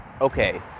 okay